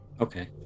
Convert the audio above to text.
Okay